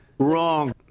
Wrong